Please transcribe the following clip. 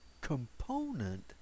component